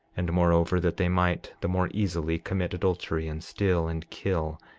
and, moreover, that they might the more easily commit adultery, and steal, and kill,